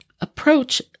approach